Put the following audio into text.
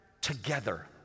together